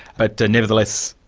but nevertheless,